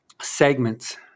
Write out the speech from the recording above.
segments